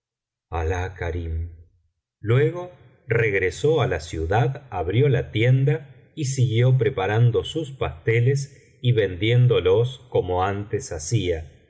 luego regresó á la ciudad abrió la tienda y siguió preparando sus pasteles y vendiéndolos como antes hacía